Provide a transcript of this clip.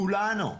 כולנו,